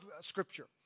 Scripture